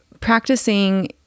practicing